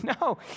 No